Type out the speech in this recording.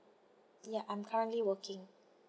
ya I'm currently working